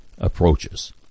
approaches